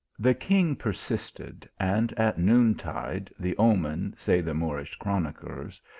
the king persisted, and at noon-tide the omen, say the moorish chroniclers,